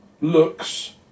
looks